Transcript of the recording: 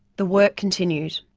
the work continued.